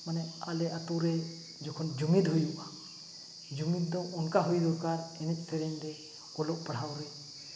ᱢᱟᱱᱮ ᱟᱞᱮ ᱟᱛᱳ ᱨᱮ ᱡᱚᱠᱷᱚᱱ ᱡᱩᱢᱤᱫ ᱦᱩᱭᱩᱜᱼᱟ ᱡᱩᱢᱤᱫ ᱫᱚ ᱚᱱᱠᱟ ᱦᱩᱭᱩᱜ ᱫᱚᱨᱠᱟᱨ ᱮᱱᱮᱡ ᱥᱮᱨᱮᱧ ᱨᱮ ᱚᱞᱚᱜ ᱯᱟᱲᱦᱟᱣ ᱨᱮ